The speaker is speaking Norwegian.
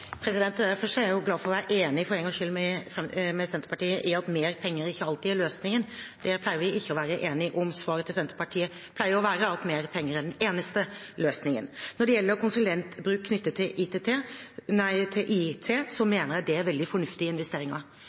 Jeg er glad for – for en gangs skyld – å være enig med Senterpartiet i at mer penger ikke alltid er løsningen. Det pleier vi ikke å være enige om. Svaret til Senterpartiet pleier å være at mer penger er den eneste løsningen. Når det gjelder konsulentbruk knyttet til IT, mener jeg det er veldig fornuftige investeringer.